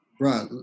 Right